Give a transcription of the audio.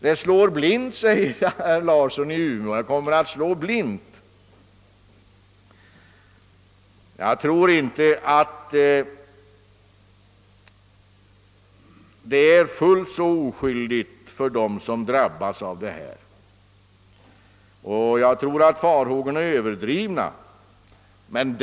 »Det kommer att slå blint», säger herr Larsson i Umeå. Jag tror inte att de som drabbas härav är så oskyldiga — farhågorna är säkerligen överdrivna.